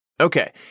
Okay